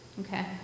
okay